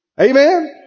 Amen